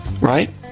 Right